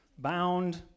Bound